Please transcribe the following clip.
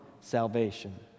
salvation